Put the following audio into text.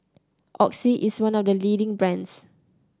Oxy is one of the leading brands